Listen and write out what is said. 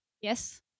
Yes